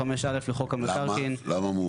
למה מאוחרת?